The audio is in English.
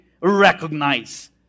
recognize